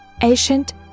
ancient